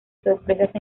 sorpresas